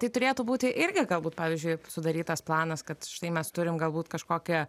tai turėtų būti irgi galbūt pavyzdžiui sudarytas planas kad štai mes turim galbūt kažkokią